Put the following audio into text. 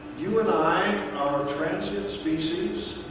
you and i are transient species.